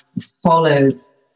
follows